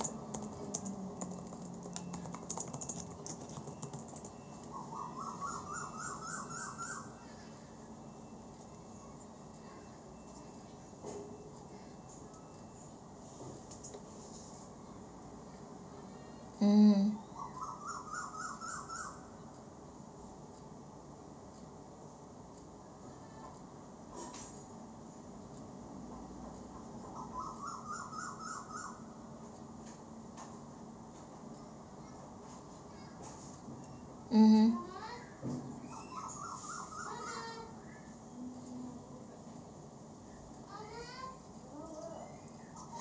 mm mmhmm